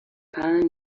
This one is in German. karl